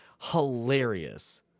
hilarious